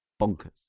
bonkers